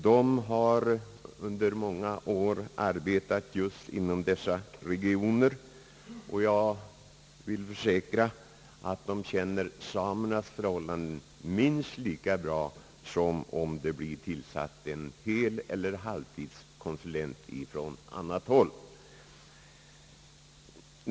De har under många år arbetat just inom dessa regioner, och jag vill försäkra att de känner samernas förhållanden minst lika bra som någon heleller halvtidskonsulent, som skulle tillsättas från annat håll.